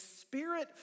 spirit